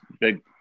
big